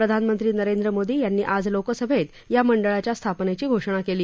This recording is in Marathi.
प्रधानमंत्री नरेंद्र मोदी यांनी आज लोकसभेत मंडळाच्या स्थापनेची घोषणा केली